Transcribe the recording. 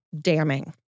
damning